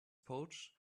pouch